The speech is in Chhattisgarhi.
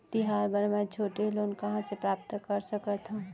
तिहार बर मै छोटे लोन कहाँ ले प्राप्त कर सकत हव?